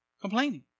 Complaining